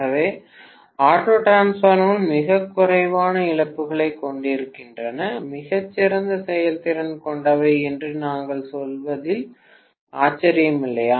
ஆகவே ஆட்டோ டிரான்ஸ்ஃபார்மர்கள் மிகக் குறைவான இழப்புகளைக் கொண்டிருக்கின்றன மிகச் சிறந்த செயல்திறன் கொண்டவை என்று நாங்கள் சொல்வதில் ஆச்சரியமில்லை